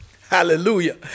hallelujah